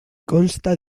consta